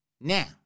Now